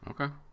Okay